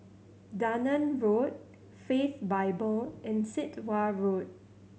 Dunearn Road Faith Bible and Sit Wah Road